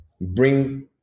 bring